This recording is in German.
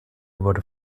wurde